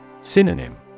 Synonym